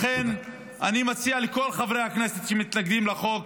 לכן אני מציע לכל חברי הכנסת שמתנגדים לחוק